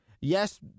Yes